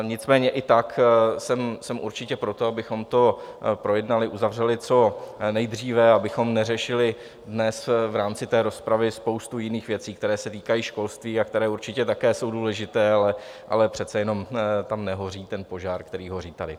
Nicméně i tak jsem určitě pro to, abychom to projednali, uzavřeli co nejdříve, abychom neřešili dnes v rámci té rozpravy spoustu jiných věcí, které se týkají školství a které určitě také jsou důležité, ale přece jenom tam nehoří ten požár, který hoří tady.